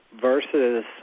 versus